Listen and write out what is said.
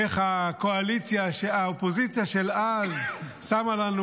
איך האופוזיציה של אז שמה לנו